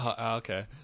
Okay